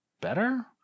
better